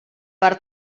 per